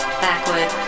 backward